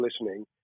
listening